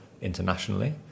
internationally